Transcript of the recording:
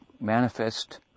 manifest